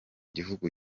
gihugu